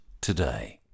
today